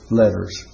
letters